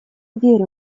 верю